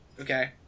Okay